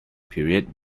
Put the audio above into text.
period